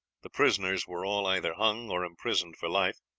the prisoners were all either hung or imprisoned for life.